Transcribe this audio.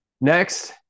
Next